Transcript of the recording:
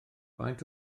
faint